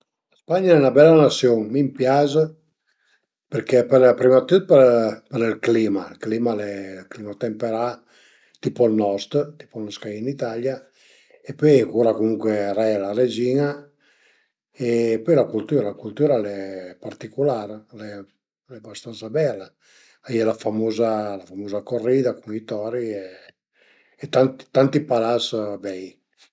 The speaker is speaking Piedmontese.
Ma mi sinceramente i chërdu nen, però sicürament a ie gent che a i cred e sai nen, mi sai propi nen coza di, comuncue cui ch'a chërdu ai fantazmi a sun persun-e bastansa stran-e secund mi, mi i chërdu nen